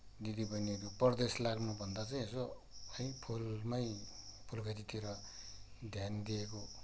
दिदीबहिनीहरू परदेश लाग्नु भन्दा चाहिँ यसो यहीँ फुलमै फुल खेतीतिर ध्यान दिएको